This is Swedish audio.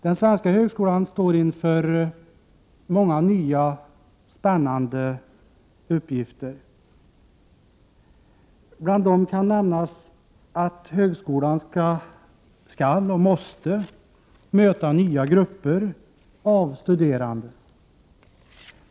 Den svenska högskolan står inför många nya och spännande uppgifter. Bl.a. måste högskolan kunna möta nya grupper av studerande.